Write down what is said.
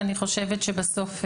ואני חושבת שבסוף,